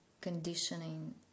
conditioning